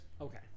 okay